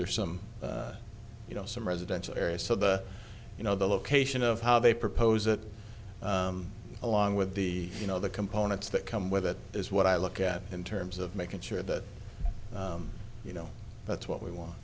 or some you know some residential areas so the you know the location of how they propose it along with the you know the components that come with it is what i look at in terms of making sure that you know that's what we want